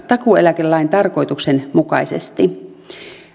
takuueläkelain tarkoituksen mukaisesti